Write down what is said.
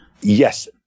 yes